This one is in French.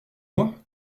moi